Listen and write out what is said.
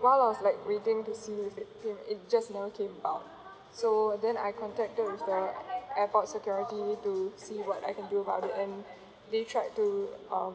while I was like waiting to see if it it just never came out so then I contacted the airport security to see what I can do about it and they tried to um